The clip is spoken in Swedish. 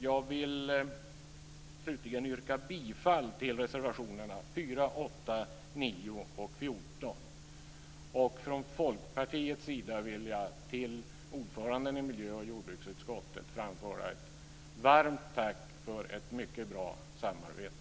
Jag vill slutligen yrka bifall till reservationerna 4, 8, 9 och 14. För Folkpartiets räkning vill jag till ordföranden i miljö och jordbruksutskottet framföra ett varmt tack för ett mycket bra samarbete.